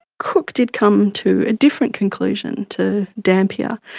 cook did come to a different conclusion to dampier.